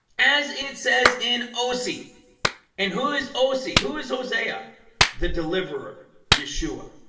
as it says in osi and who is osi who is hosea the deliverer yeshua?